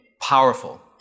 powerful